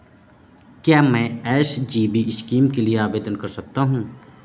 क्या मैं SGB scheme के लिए आवेदन कर सकता हूँ?